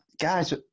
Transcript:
guys